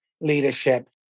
leadership